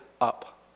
up